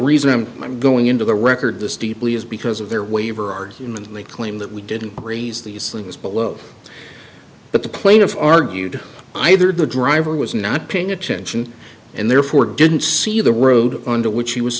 reason i'm going into the record this deeply is because of their waiver argument and they claim that we didn't raise these things below but the plaintiff argued either the driver was not paying attention and therefore didn't see the road under which he was